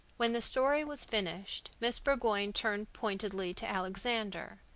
when the story was finished, miss burgoyne turned pointedly to alexander,